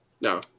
No